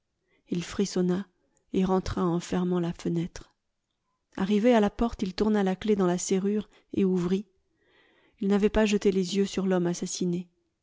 il frissonna et rentra en fermant la fenêtre arrivé à la porte il tourna la clef dans la serrure et ouvrit il navait pas jeté les yeux sur l'homme assassiné